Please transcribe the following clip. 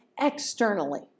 externally